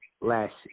last